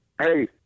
Hey